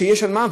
שיש על מה.